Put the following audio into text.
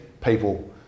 people